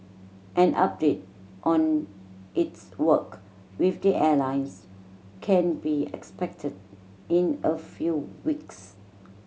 an update on its work with the airlines can be expected in a few weeks